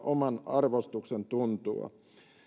oman arvostuksen tuntua